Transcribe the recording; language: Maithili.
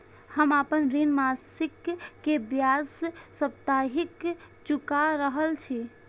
हम आपन ऋण मासिक के ब्याज साप्ताहिक चुका रहल छी